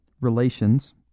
relations